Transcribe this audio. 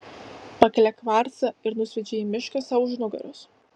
pakelia kvarcą ir nusviedžia į mišką sau už nugaros